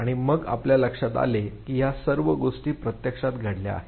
आणि मग आपल्या लक्षात आले की या सर्व गोष्टी प्रत्यक्षात घडल्या आहेत